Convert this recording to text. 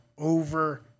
Over